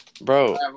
Bro